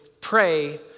pray